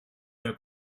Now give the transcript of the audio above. der